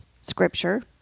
scripture